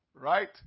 Right